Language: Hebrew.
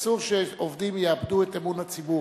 אסור שעובדים יאבדו את אמון הציבור.